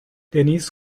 دنیس